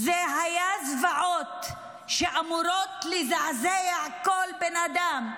אלה היו זוועות שאמורות לזעזע כל בן אדם,